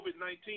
COVID-19